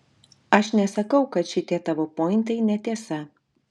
aš nesakau kad šitie tavo pointai netiesa